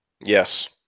Yes